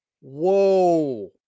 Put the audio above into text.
Whoa